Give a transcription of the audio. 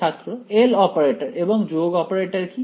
ছাত্র L operator এবং যোগ অপারেটর কি